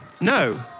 No